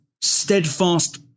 steadfast